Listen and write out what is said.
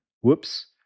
Whoops